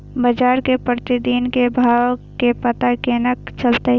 बजार के प्रतिदिन के भाव के पता केना चलते?